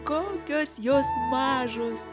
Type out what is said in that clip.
kokios jos mažos